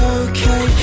okay